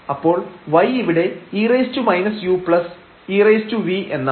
അപ്പോൾ y ഇവിടെ e−u ev എന്നാണ്